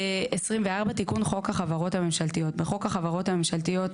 תיקון חוק החברות הממשלתיות 24. בחוק החברות הממשלתיות,